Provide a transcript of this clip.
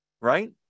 right